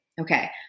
Okay